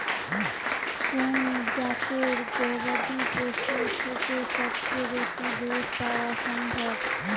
কোন জাতের গবাদী পশু থেকে সবচেয়ে বেশি দুধ পাওয়া সম্ভব?